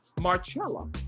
Marcella